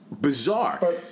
bizarre